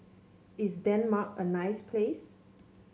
is Denmark a nice place